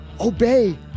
Obey